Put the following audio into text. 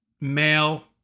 male